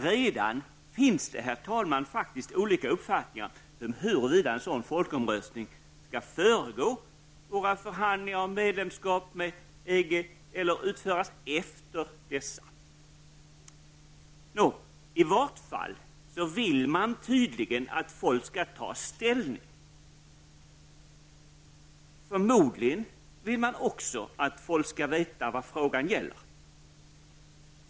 Redan finns det, herr talman, olika uppfattning om huruvida en sådan folkomröstning skall föregå våra förhandlingar om medlemskap i EG eller hållas efter dessa. I varje fall vill man tydligen att folk skall ta ställning. Förmodligen vill man också att folk skall veta vad frågan gäller.